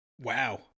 wow